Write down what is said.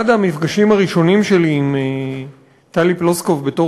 אחד המפגשים הראשונים שלי עם טלי פלוסקוב בתור